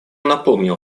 напомнил